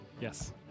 Yes